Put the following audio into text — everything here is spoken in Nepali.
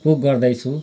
कुक गर्दैछु